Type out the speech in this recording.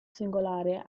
singolare